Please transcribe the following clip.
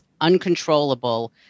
uncontrollable